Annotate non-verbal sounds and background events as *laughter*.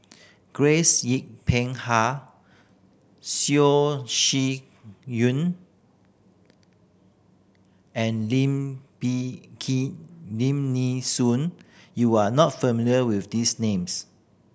Grace Yin Peck Ha *unintelligible* Shih Yun and Lim Nee Key Lim Nee Soon you are not familiar with these names